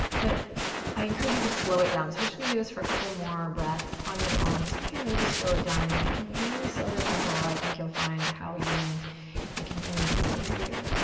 but i encourage you to slow it down, so we're just gonna do this for a couple more breaths on your own. see if you can really slow it down, and if you can really slow the tempo, i think you'll find how yummy it can really be, so here we go.